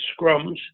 scrums